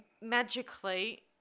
Magically